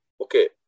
okay